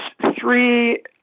three